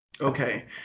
Okay